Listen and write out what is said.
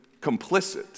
complicit